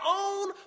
own